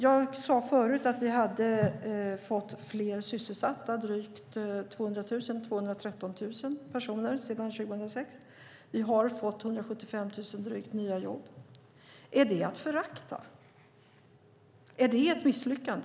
Jag sade förut att vi hade fått fler sysselsatta, 213 000 personer fler sedan 2006. Vi har fått drygt 175 000 nya jobb. Är det att förakta? Är det ett misslyckande?